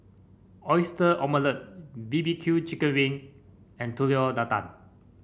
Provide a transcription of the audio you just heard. Oyster Omelette B B Q chicken wing and Telur Dadah